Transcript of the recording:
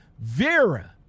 vera